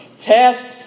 Test